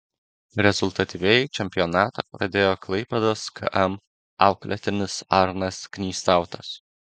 rezultatyviai čempionatą pradėjo klaipėdos km auklėtinis arnas knystautas